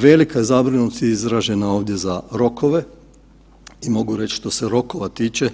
Velika je zabrinutost izražena ovdje za rokove i mogu reći što se rokova tiče,